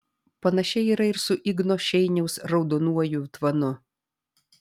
panašiai yra ir su igno šeiniaus raudonuoju tvanu